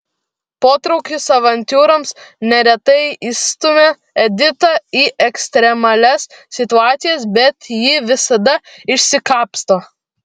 potraukis avantiūroms neretai įstumia editą į ekstremalias situacijas bet ji visada išsikapsto